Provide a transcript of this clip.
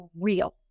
real